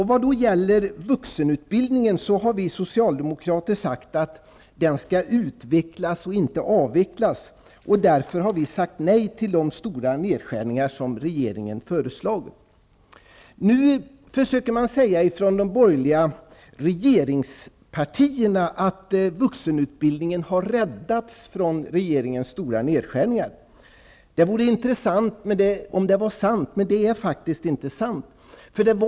När det gäller vuxenutbildningen har vi socialdemokrater sagt att den skall utvecklas och inte avvecklas. Därför har vi sagt nej till de stora nedskärningar som regeringen har föreslagit. Nu försöker man säga från de borgerliga regeringspartierna att vuxenutbildningen har räddats från regeringens stora nedskärningar. Det vore intressant om det är sant, men det är faktiskt inte sant.